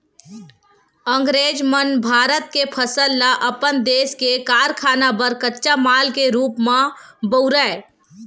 अंगरेज मन भारत के फसल ल अपन देस के कारखाना बर कच्चा माल के रूप म बउरय